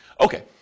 Okay